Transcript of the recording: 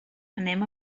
anem